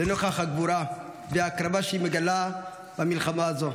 לנוכח הגבורה וההקרבה שהיא מגלה במלחמה הזו,